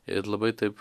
ir labai taip